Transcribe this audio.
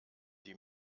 die